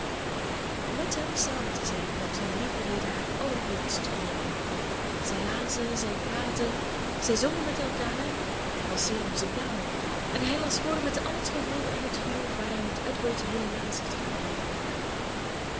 met hem samen te zijn werd van lieverlede haar allergrootst genoegen zij lazen zij praatten zij zongen met elkaar hij was zeer muzikaal en hij las voor met al het gevoel en het vuur waaraan het edward helaas had ontbroken